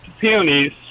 peonies